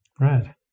Right